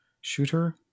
shooter